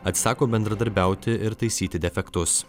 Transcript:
atsisako bendradarbiauti ir taisyti defektus